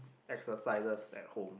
exercises at home